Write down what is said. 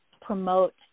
promote